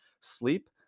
sleep